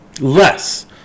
Less